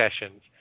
sessions